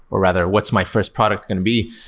or rather what's my first product going to be.